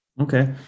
Okay